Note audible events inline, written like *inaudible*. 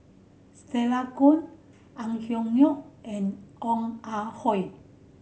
Stella Kon Ang Hiong *unintelligible* and Ong Ah Hoi